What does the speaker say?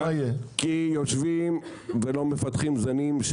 בוקרה פי אל משמש, כי יושבים ולא מפתחים זנים.